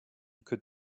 could